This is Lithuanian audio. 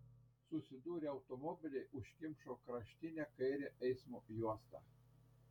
susidūrę automobiliai užkimšo kraštinę kairę eismo juostą